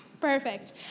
Perfect